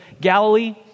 Galilee